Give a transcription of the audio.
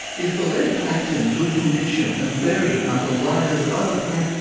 if the lead paint's in good condition and buried under layers of other paint,